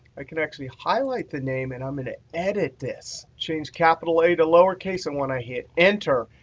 i can actually highlight the name. and i'm going to edit this. change capital a to lowercase and when i hit enter,